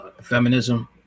feminism